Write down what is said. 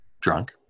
drunk